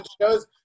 Shows